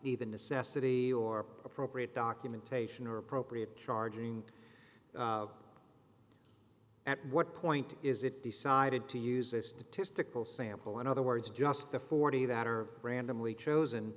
even necessity or appropriate documentation or appropriate charging at what point is it decided to use this to testicle sample in other words just the forty that are randomly chosen